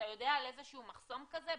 אתה יודע על איזה מחסום כזה?